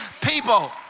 people